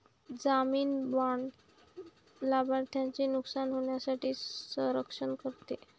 जामीन बाँड लाभार्थ्याचे नुकसान होण्यापासून संरक्षण करते